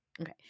Okay